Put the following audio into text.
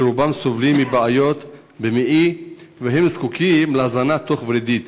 שרובם סובלים מבעיות במעי וזקוקים להזנה תוך-ורידית.